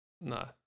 No